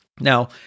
Now